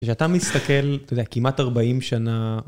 כשאתה מסתכל, אתה יודע, כמעט 40 שנה...